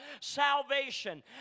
salvation